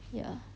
ya